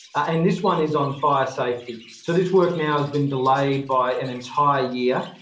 and this one is on fire safety. so, this work now has been delayed by an entire year.